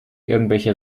irgendwelche